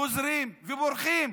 חוזרים ובורחים.